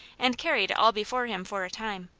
and carried all before him for a time.